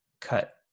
cut